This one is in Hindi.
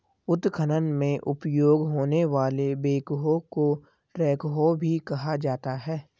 उत्खनन में उपयोग होने वाले बैकहो को ट्रैकहो भी कहा जाता है